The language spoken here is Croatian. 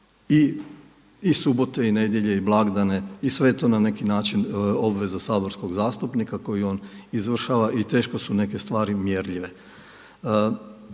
i subote i nedjelje i blagdane i sve je to na neki način obveza saborskog zastupnika koju on izvršava i teško su neke stvari mjerljive.